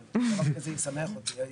אבל דבר כזה ישמח אותי.